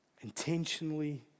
Intentionally